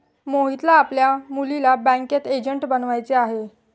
मोहितला आपल्या मुलीला बँकिंग एजंट बनवायचे आहे